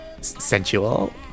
sensual